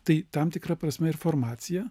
tai tam tikra prasme ir formacija